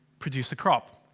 produce a crop.